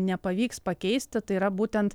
nepavyks pakeisti tai yra būtent